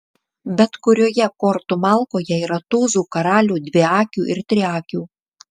bet kurioje kortų malkoje yra tūzų karalių dviakių ir triakių